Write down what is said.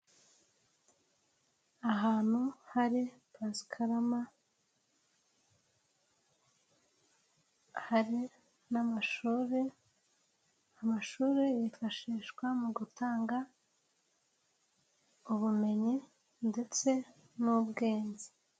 Ahantu hari pasikarama hari n'amashuri, amashuri yifashishwa mu gutanga ubumenyi ndetse n'ubwenge.